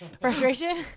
Frustration